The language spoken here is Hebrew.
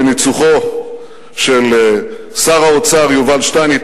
בניצוחו של שר האוצר יובל שטייניץ,